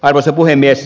arvoisa puhemies